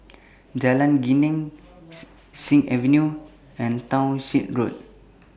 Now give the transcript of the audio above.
Jalan Geneng Sing Avenue and Townshend Road